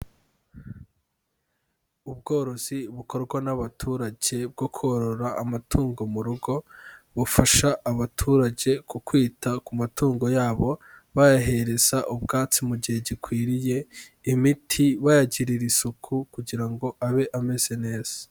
Ubworozi bukorwa n'abaturage bwo korora amatungo mu rugo, bufasha abaturage ku kwita ku matungo yabo bayahereza ubwatsi mu gihe gikwiriye, imiti, bayagirira isuku kugira ngo abe ameze neza.